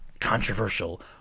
controversial